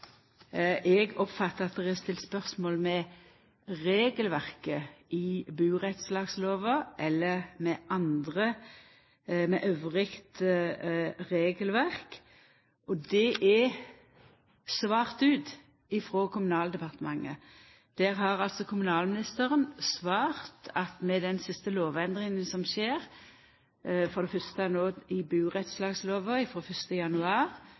eg oppfattar at det er stilt spørsmål ved regelverket i burettslagslova eller ved anna regelverk. Det er svart på av Kommunaldepartementet. Kommunalministeren har svart at med den siste lovendringa, for det fyrste i burettslagslova, som tok til å gjelda frå 1. januar, og for det